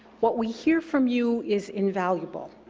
what we hear from you is invaluable,